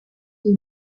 they